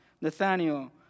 Nathaniel